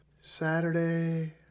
Saturday